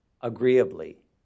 agreeably